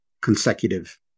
consecutive